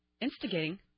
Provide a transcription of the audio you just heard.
Instigating